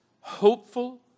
hopeful